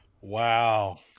Wow